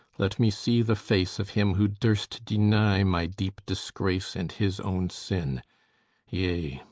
let me see the face of him who durst deny my deep disgrace and his own sin yea,